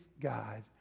God